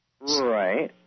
Right